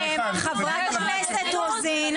חברת הכנסת רוזין.